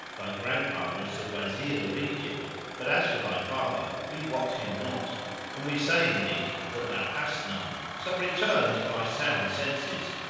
thy grandfather is the wazir of egypt but as for thy father we wot him not and we say indeed that thou hast none. so return to thy sound senses!